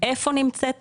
איפה נמצאת